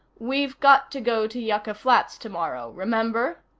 we've got to go to yucca flats tomorrow. remember?